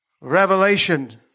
Revelation